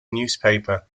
newspaper